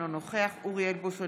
אינו נוכח אוריאל בוסו,